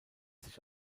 sich